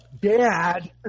Dad